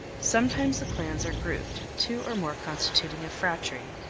sometimes the clans are grouped, two or more constituting a phratry,